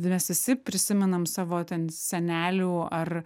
mes visi prisimenam savo ten senelių ar